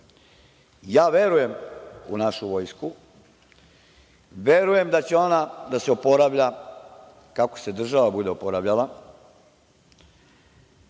Verujem u našu vojsku, verujem da će ona da se oporavlja kako se država bude oporavljala,